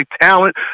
Talent